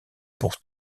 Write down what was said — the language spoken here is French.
pour